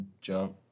jump